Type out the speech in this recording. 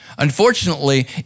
Unfortunately